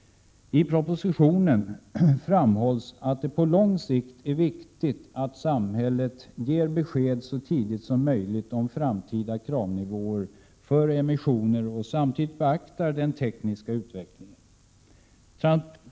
I propositionen framhålls att det på lång sikt är viktigt att samhället ger besked så tidigt som möjligt om framtida kravnivåer för emissioner och samtidigt beaktar den tekniska utvecklingen.